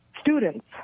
students